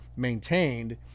Maintained